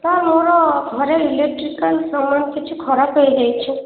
sir ମୋର ଘରେ electrical ସାମାନ କିଛି ଖରାପ ହୋଇଯାଇଛି